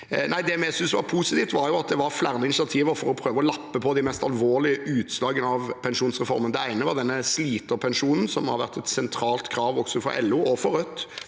Det vi synes var positivt, var at det var flere initiativer for å prøve å lappe på de mest alvorlige utslagene av pensjonsreformen. Det ene var sliterpensjonen, som har vært et sentralt krav tidligere,